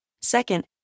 Second